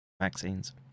vaccines